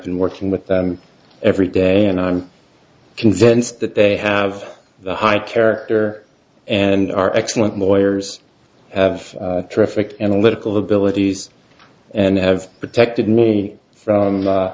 been working with them every day and i'm convinced that they have the high character and are excellent lawyers have terrific analytical abilities and have protected me from